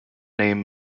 name